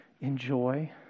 enjoy